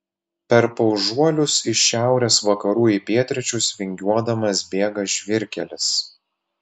per paužuolius iš šiaurės vakarų į pietryčius vingiuodamas bėga žvyrkelis